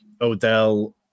Odell